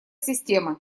системы